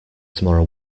tomorrow